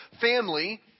family